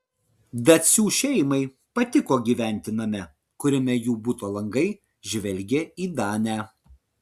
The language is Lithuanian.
dacių šeimai patiko gyventi name kuriame jų buto langai žvelgė į danę